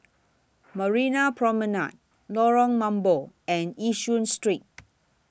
Marina Promenade Lorong Mambong and Yishun Street